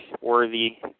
worthy